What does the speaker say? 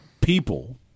people